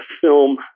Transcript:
film